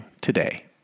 today